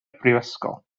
brifysgol